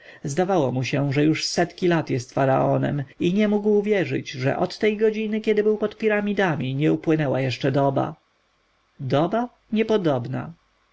zdawało mu się że już setki lat jest faraonem i nie mógł wierzyć że od tej godziny kiedy był pod piramidami nie upłynęła jeszcze doba doba niepodobna